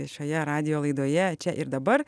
šioje radijo laidoje čia ir dabar